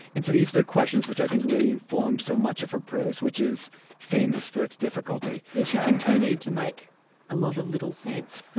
and so these are the questions which i think really informed so much of her prose, which is famous for its difficulty. yes, she continued to make a lot of little sense.